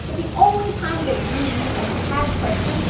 so the only time that you use a tag question,